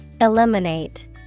Eliminate